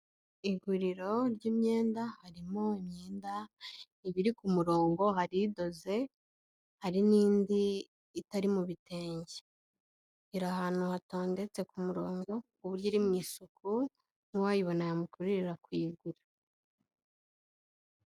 Iguriro ry'imyenda harimo imyenda iba iri ku murongo hari idoze, hari n'indi itari mu bi bitenge. Iri ahantu hatondetse ku murongo ku buryo iri mu isuku, n'uwayibona yamukururira kuyigura.